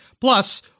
Plus